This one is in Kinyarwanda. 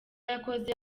yakoze